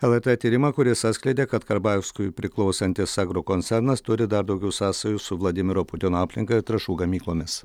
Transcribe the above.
lrt tyrimą kuris atskleidė kad karbauskiui priklausantis agrokoncernas turi dar daugiau sąsajų su vladimiro putino aplinka ir trąšų gamyklomis